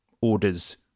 orders